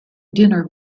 dinner